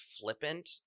flippant